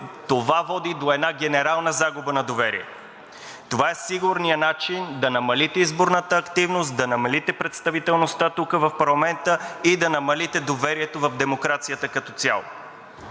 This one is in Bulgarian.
това води до една генерална загуба на доверие. Това е сигурният начин да намалите изборната активност, да намалите представителността тук, в парламента, и да намалите доверието в демокрацията като цяло.